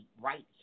right